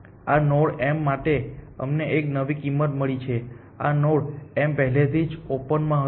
આ node m માટે અમને એક નવી કિંમત મળી છે આ નોડ m પહેલેથી જ ઓપન માં હતું